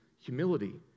humility